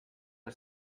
are